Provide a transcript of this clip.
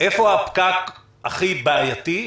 איפה הפקק הכי בעייתי?